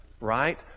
right